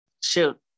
Shoot